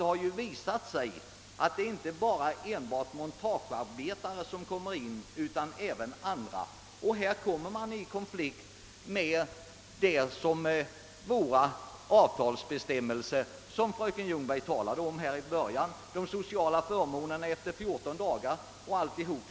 Det har nämligen visat sig att det inte är enbart montagearbetare som berörs. Här kommer man i konflikt med avtalsbestämmelserna, som fröken Ljungberg talade om i sitt första anförande: frågan berör de sociala förmånerna efter 14 dagar, o.s.v.